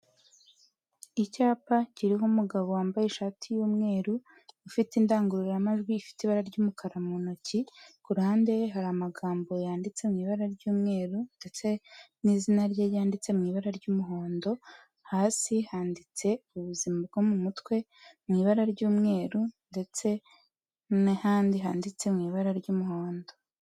Icyapa kiriho umugabo wambaye ishati y'umweru ufite indangururamajwi ifite ibara ry'umukara mu ntoki kuhande ye hari amagambo yanditse mu ibara ry'umweru ndetse n'izina rye ryanditse mu ibara ry'umuhondo hasi handitse ubuzima bwo mu mutwe mu ibara ry'umweru ndetse n'ahandi handitse mu ibara ry'umuhondo.